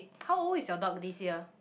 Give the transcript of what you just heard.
how old is your dog this year